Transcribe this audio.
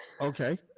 okay